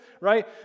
right